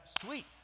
sweet